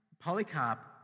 Polycarp